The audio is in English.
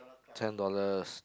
ten dollars